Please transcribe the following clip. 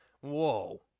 Whoa